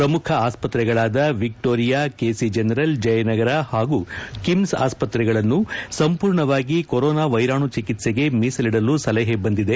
ಪ್ರಮುಖ ಆಸ್ಪತ್ರೆಗಳಾದ Victoria KC general Jayanagar ಹಾಗೂ ಕಿಮ್ಸ್ ಆಸ್ಪತ್ರೆಗಳನ್ನು ಸಂಪೂರ್ಣವಾಗಿ ಕೊರೋನಾ ವೈರಾಣು ಚೆಕಿತ್ಸೆಗೆ ಮೀಸಲಿಡಲು ಸಲಹೆ ಬಂದಿದೆ